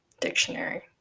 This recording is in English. dictionary